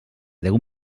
deu